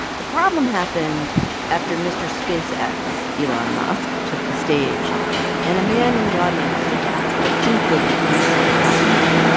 the problem happened after mr. space x, elon musk, took the stage and a man in the audience stood to ask what seemed like an innocent question.